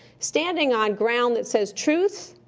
standing on ground that says, truth,